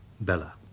Bella